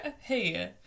Hey